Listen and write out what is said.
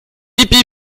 hip